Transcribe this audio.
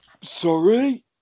Sorry